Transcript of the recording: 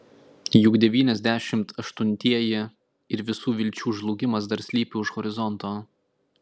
juk devyniasdešimt aštuntieji ir visų vilčių žlugimas dar slypi už horizonto